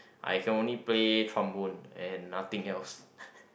I can only play trombone and nothing else